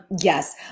yes